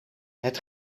het